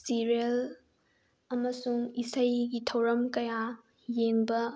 serial ꯑꯃꯁꯨꯡ ꯏꯁꯩꯒꯤ ꯊꯧꯔꯝ ꯀꯌꯥ ꯌꯦꯡꯕ